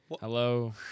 Hello